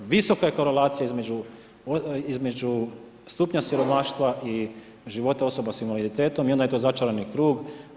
Visoka je korelacija između stupnja siromaštva i života osoba sa invaliditetom i onda je to začarani krug.